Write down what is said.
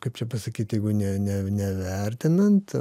kaip čia pasakyt jeigu ne ne nevertinant